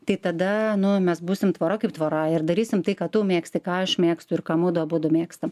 tai tada mes būsim tvora kaip tvora ir darysim tai ką tu mėgsti ką aš mėgstu ir ką mudu abudu mėgstam